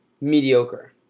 mediocre